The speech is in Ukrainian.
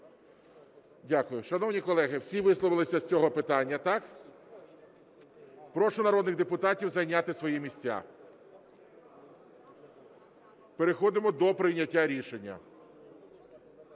Дякую. Шановні колеги, всі висловилися з цього питання – так? Прошу народних депутатів зайняти свої місця. Переходимо до прийняття рішення.